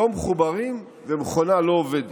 לא מחוברים, ומכונה שלא עובדת.